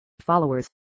followers